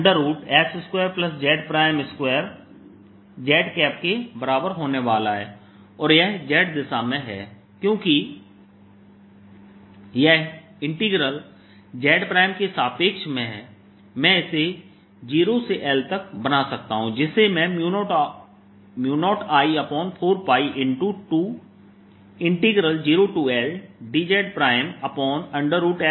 यह Asz00I4π LLdzs2z2z के बराबर होने वाला है और यह z दिशा में है क्योंकि यह इंटीग्रल z के सापेक्ष में है मैं इसे 0 से L तक बना सकता हूं जिसे मैं 0I4π×20Ldzs2z2z के रूप में लिख सकता हूं